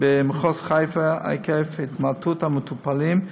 חלב במחוז חיפה עקב התמעטות המטופלים,